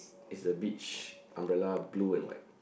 is the beach umbrella blue and white